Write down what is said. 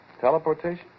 Teleportation